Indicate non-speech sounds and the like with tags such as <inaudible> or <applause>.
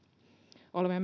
olemme <unintelligible>